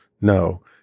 no